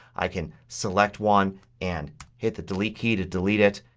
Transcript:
i can select one and hit the delete key to delete it.